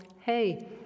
Hey